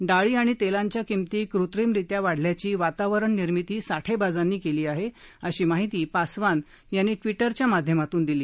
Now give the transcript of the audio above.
डाळी आणि तेलांच्या किंमती कृत्रिमरित्या वाढल्याची वातावरण निर्मिती साठेबाजांनी केली आहे अशी माहिती पासवान यांनी ट्विटरच्या माध्यमातून दिली